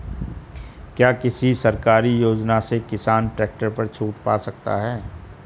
क्या किसी सरकारी योजना से किसान ट्रैक्टर पर छूट पा सकता है?